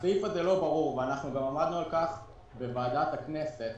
הסעיף הזה לא ברור ואנחנו עמדנו כל כך גם בדיון בוועדת הכנסת